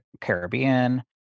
Caribbean